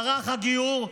מערך הדיור,